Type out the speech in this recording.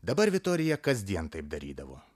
dabar vitorija kasdien taip darydavo